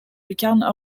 lucarnes